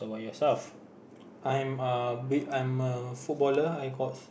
I'm a be~ I'm a footballer I got